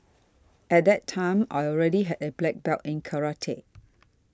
at that time I already had a black belt in karate